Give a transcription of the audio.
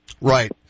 Right